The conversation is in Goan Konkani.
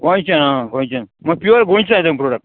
गोंयचें आं गोंयचें प्युअर गोंयचें जाय तुमकां प्रोडक्ट